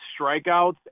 strikeouts